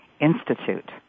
Institute